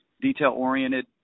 detail-oriented